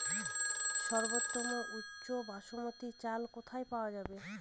সর্বোওম উচ্চ বাসমতী চাল কোথায় পওয়া যাবে?